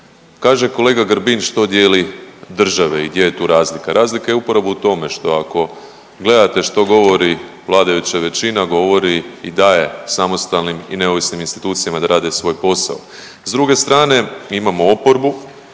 Kaže kolega Grbin, što dijeli države i gdje je tu razlika. Razlika je upravo u tome što ako gledate što govori vladajuća većina, govori i daje samostalnim i neovisnim institucijama da rade svoj posao. S druge strane, imamo oporbu